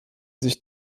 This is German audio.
sich